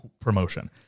promotion